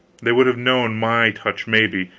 they would have known my touch, maybe,